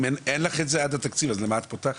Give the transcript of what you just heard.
אם אין לך את זה עד התקציב אז למה את פותחת?